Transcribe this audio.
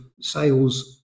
sales